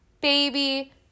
Baby